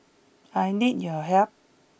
I need your help